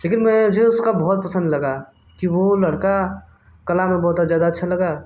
लेकिन मुझे उसका बहुत पसंद लगा कि वो लड़का कला में बहुत ज़्यादा अच्छा लगा